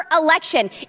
election